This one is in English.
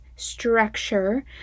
Structure